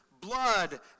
blood